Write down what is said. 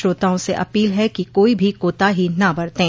श्रोताओं से अपील है कि कोई भी कोताही न बरतें